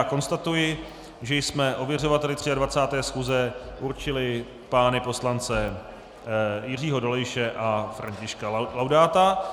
Konstatuji, že jsme ověřovateli 23. schůze určili pány poslance Jiřího Dolejše a Františka Laudáta.